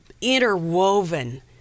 interwoven